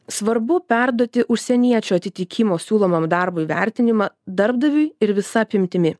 svarbu perduoti užsieniečio atitikimo siūlomam darbui vertinimą darbdaviui ir visa apimtimi